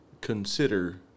consider